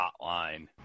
hotline